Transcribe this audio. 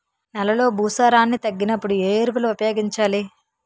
నెలలో భూసారాన్ని తగ్గినప్పుడు, ఏ ఎరువులు ఉపయోగించాలి?